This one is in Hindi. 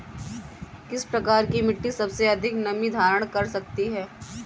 किस प्रकार की मिट्टी सबसे अधिक नमी धारण कर सकती है?